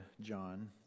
John